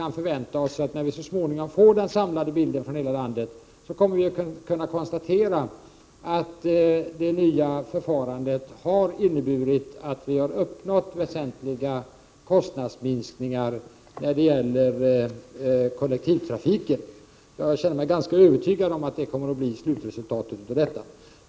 När vi så småningom får den samlade bilden från hela landet tror jag att vi kommer att kunna konstatera att det nya förfarandet har inneburit att väsentliga kostnadsminskningar har uppnåtts när det gäller kollektivtrafiken. Jag känner mig ganska övertygad om att det blir slutresultatet.